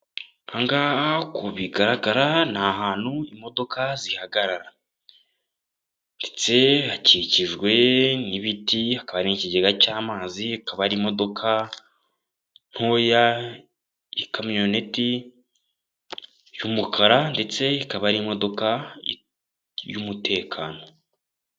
Ahangaha uko bigaragara ni ahantu imodoka zihagarara. ndetse hakikijwe n'ibiti hakaba hari n'ikigega cy'amazi, hakaba hari imodoka ntoya y'ikamyo neti y'umukara, ndetse ikaba ari imodoka y'umutekano.